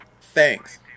Thanks